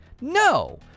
No